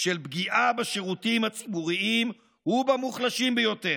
של פגיעה בשירותים הציבוריים ובמוחלשים ביותר.